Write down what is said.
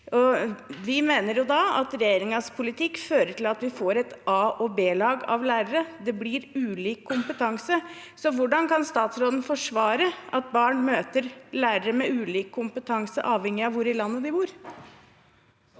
Vi mener at regjeringens politikk fører til at vi får et a-lag og et b-lag av lærere. Det blir ulik kompetanse. Så hvordan kan statsråden forsvare at barn møter lærere med ulik kompetanse, avhengig av hvor i landet de bor?